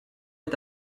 est